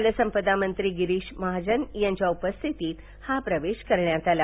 जलसंपदामंत्री गिरीश महाजन यांच्या उपस्थितीत हा प्रवेश करण्यात आला